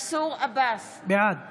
העברה במחדל.